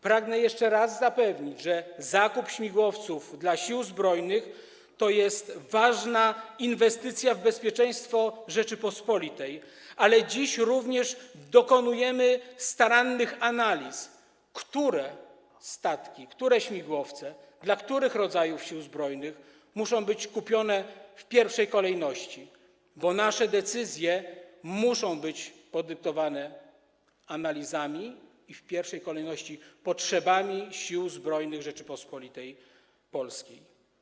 Pragnę jeszcze raz zapewnić, że zakup śmigłowców dla Sił Zbrojnych to jest ważna inwestycja w bezpieczeństwo Rzeczypospolitej, ale dziś również dokonujemy starannych analiz, które statki, które śmigłowce, dla których rodzajów Sił Zbrojnych muszą być kupione w pierwszej kolejności, bo nasze decyzje muszą być poparte analizami i podyktowane w pierwszej kolejności potrzebami Sił Zbrojnych Rzeczypospolitej Polskiej.